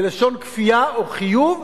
בלשון כפייה או חיוב.